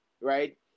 right